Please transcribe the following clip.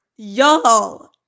Y'all